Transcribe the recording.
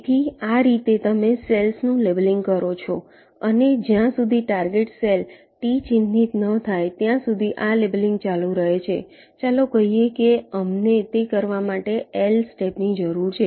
તેથી આ રીતે તમે સેલ્સ નું લેબલીંગ કરો છો અને જ્યાં સુધી ટાર્ગેટ સેલ T ચિહ્નિત ન થાય ત્યાં સુધી આ લેબલીંગ ચાલુ રહે છે ચાલો કહીએ કે અમને તે કરવા માટે L સ્ટેપ ની જરૂર છે